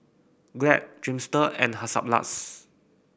Glad Dreamster and Hansaplast